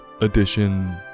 Edition